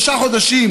שלושה חודשים,